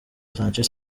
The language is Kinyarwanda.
sanchez